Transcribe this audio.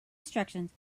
instructions